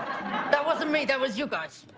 that wasn't me, that was you guys.